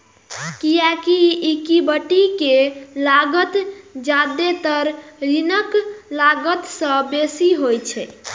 कियैकि इक्विटी के लागत जादेतर ऋणक लागत सं बेसी होइ छै